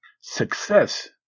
success